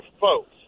folks